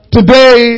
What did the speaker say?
Today